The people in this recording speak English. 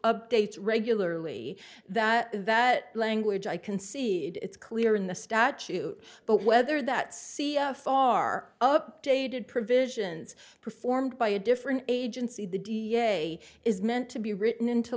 updates regularly that that language i can see it's clear in the statute but whether that see a far updated provisions performed by a different agency the da is meant to be written into